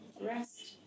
rest